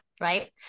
Right